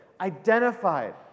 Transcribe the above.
identified